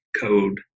code